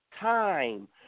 time